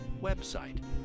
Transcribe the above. website